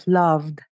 loved